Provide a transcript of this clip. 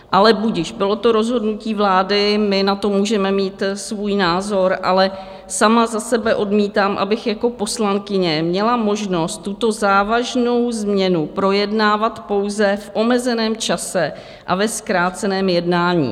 Ale budiž, bylo to rozhodnutí vlády, my na to můžeme mít svůj názor, ale sama za sebe odmítám, abych jako poslankyně měla možnost tuto závažnou změnu projednávat pouze v omezeném čase a ve zkráceném jednání.